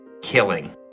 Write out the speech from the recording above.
killing